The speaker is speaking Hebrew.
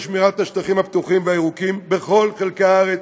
על שמירת השטחים הפתוחים והירוקים בכל חלקי הארץ